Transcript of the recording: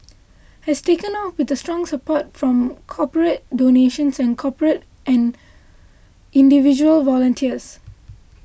has taken off with the strong support from corporate donations and corporate and individual volunteers